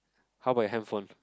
how about your handphone